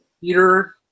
Peter